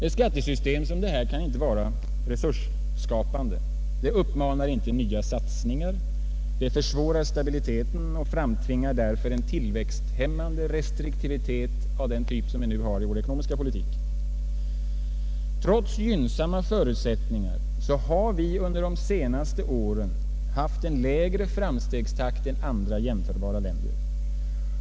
Ett skattesystem som detta kan inte vara resursskapande. Det uppmuntrar inte till nya satsningar. Det försämrar stabiliteten och framtvingar därför en tillväxthämmande restriktivitet av den typ som vi nu har i vår ekonomiska politik. Trots gynnsamma förutsättningar har vi under de senaste åren haft en lägre framstegstakt än andra jämförbara länder.